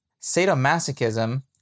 Sadomasochism